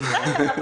בסדר.